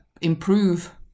improve